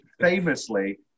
famously